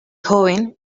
joven